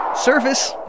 Service